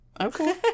okay